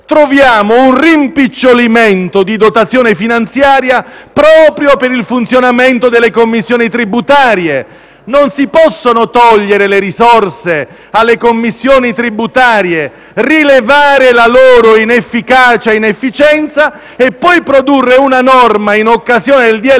troviamo un rimpicciolimento di dotazione finanziaria proprio per il funzionamento delle commissioni tributarie. Non si possono togliere le risorse alle commissioni tributarie, rilevare la loro inefficacia e inefficienza e poi introdurre una norma, in occasione del